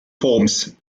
forms